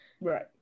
Right